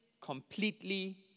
completely